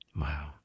Wow